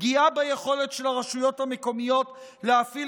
פגיעה ביכולת של הרשויות המקומיות להפעיל